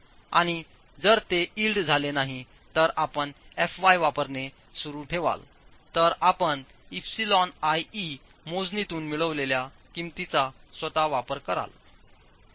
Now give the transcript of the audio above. आणि जर ते इल्ड झाले नाही तर आपण fy वापरणे सुरू ठेवाल तर आपण εiE मोजणीतून मिळवलेल्या किंमतीचा स्वतः वापर कराल